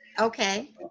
Okay